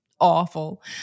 awful